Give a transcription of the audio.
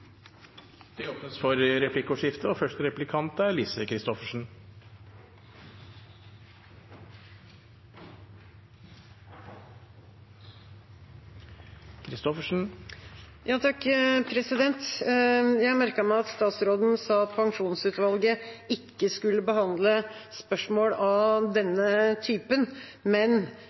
Det blir replikkordskifte. Jeg merket meg at statsråden sa at pensjonsutvalget ikke skulle behandle spørsmål av denne typen, men